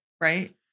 Right